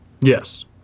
Yes